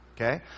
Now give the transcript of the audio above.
okay